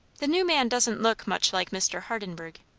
the new man doesn't look much like mr. hardenburgh.